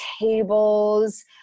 tables